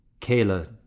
Kayla